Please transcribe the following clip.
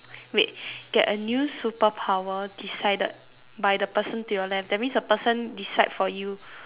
wait get a new superpower decided by the person to your left that means the person decide for you